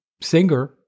singer